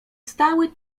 stały